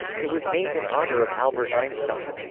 it was named in honor of albert einstein.